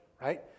Right